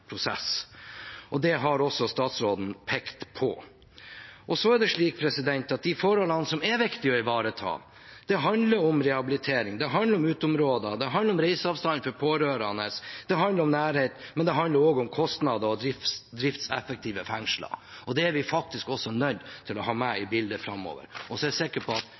prosess. Det har også statsråden pekt på. De forholdene som er viktige å ivareta, handler om rehabilitering, det handler om uteområder, det handler om reiseavstand for pårørende, og det handler om nærhet – men det handler også om kostnader og driftseffektive fengsler. Det er vi også nødt til å ha med i bildet framover. Jeg er sikker på at